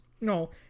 no